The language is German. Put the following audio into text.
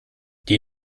die